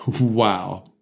Wow